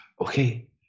Okay